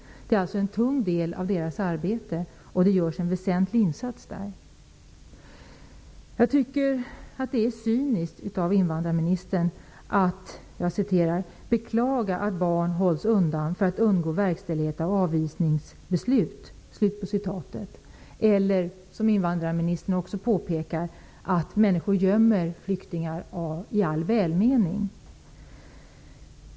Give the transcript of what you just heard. De utgör en tung del av PBU-mottagningarnas arbete. Det görs en väsentlig insats där. Jag tycker att det är cyniskt av invandrarministern att beklaga att barn hålls undan för att undgå verkställighet av avvisningsbeslut eller, som invandrarministern också påpekar, att människor gömmer flyktingar i all välmening.